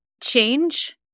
change